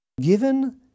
Given